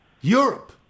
Europe